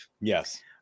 Yes